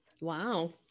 Wow